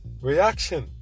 reaction